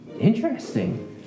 Interesting